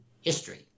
history